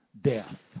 death